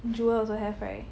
jewel also have right